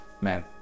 man